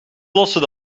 lossen